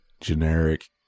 generic